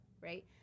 Right